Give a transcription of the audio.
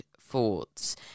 thoughts